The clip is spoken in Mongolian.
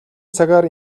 цагаар